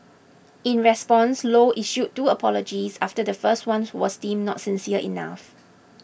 in response Low issued two apologies after the first one was deemed not sincere enough